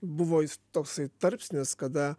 buvo jis toksai tarpsnis kada